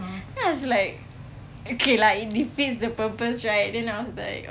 then I was like okay lah it defeats the purpose right then I was like